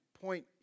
point